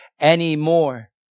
anymore